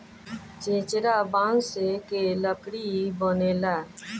चेचरा बांस के लकड़ी बनेला